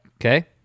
Okay